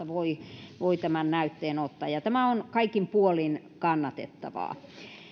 voi voi tämän näytteen ottaa tämä on kaikin puolin kannatettavaa